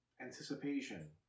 anticipation